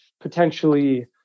potentially